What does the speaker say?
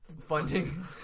funding